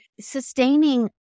sustaining